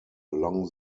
along